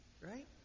Right